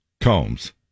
Combs